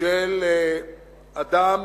של אדם